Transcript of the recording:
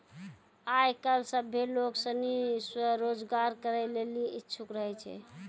आय काइल सभ्भे लोग सनी स्वरोजगार करै लेली इच्छुक रहै छै